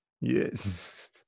yes